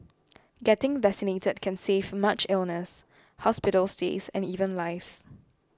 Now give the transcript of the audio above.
getting vaccinated can save much illness hospital stays and even lives